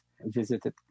visited